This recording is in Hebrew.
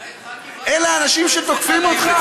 יאיר, אלה האנשים שתוקפים אותך?